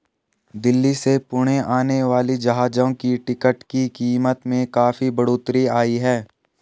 दिल्ली से पुणे आने वाली जहाजों की टिकट की कीमत में काफी बढ़ोतरी आई है